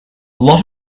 lot